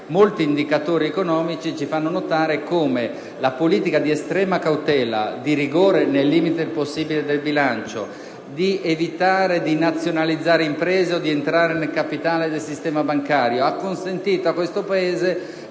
molti indicatori economici ci fanno notare come questa politica di estrema cautela e di rigore, nei limiti possibili offerti dal bilancio, evitando di nazionalizzare imprese o di entrare nel capitale del sistema bancario, ha consentito al Paese